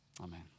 Amen